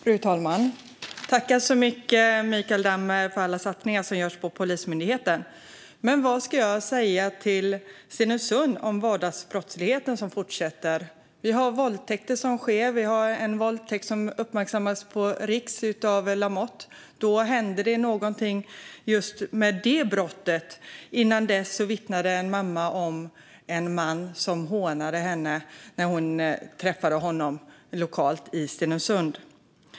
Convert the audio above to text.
Fru talman! Jag tackar Mikael Damberg så mycket för alla satsningar som görs på Polismyndigheten. Men vad ska jag säga till Stenungsund om vardagsbrottsligheten, som fortsätter? Det sker våldtäkter. En våldtäkt uppmärksammades på riksnivå av Lamotte, och då hände det någonting med just det brottet. Innan dess vittnade en mamma om en man som hånade henne när hon träffade honom lokalt i Stenungsund.